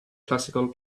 classical